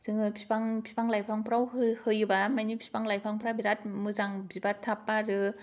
जोङो फिफां फिफां लाइफांफ्राव हो होयोबा माने फिफां लाइफांफ्रा थाब मोजां बिबार बारो